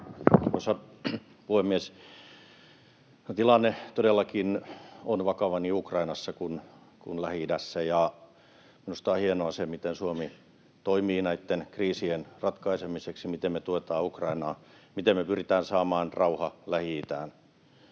Tilanne todellakin on vakava niin Ukrainassa kuin Lähi-idässä. Minusta on hienoa se, miten Suomi toimii näitten kriisien ratkaisemiseksi, miten me tuetaan Ukrainaa, miten me pyritään saamaan rauha Lähi-itään,